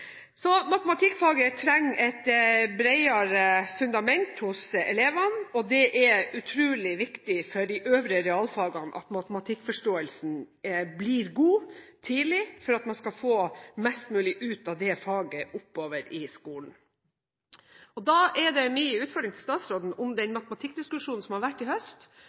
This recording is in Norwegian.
Så matematikkfaget trenger et bredere fundament hos elevene, og det er utrolig viktig for de øvrige realfagene at matematikkforståelsen blir god tidlig for at man skal få mest mulig ut av det faget oppover i skolen. Min utfordring til statsråden er om den matematikkdiskusjonen som har vært i høst,